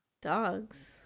dogs